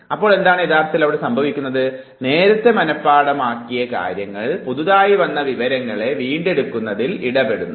അപ്പോൾ എന്താണ് യഥാർത്ഥത്തിൽ ഇവിടെ സംഭവിക്കുന്നത് നേരത്തെ മനഃപാഠമാക്കിയ കാര്യങ്ങൾ പുതിയതായി വന്ന വിവരങ്ങളെ വീണ്ടെടുക്കുന്നതിൽ ഇടപെടുന്നു